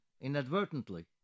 inadvertently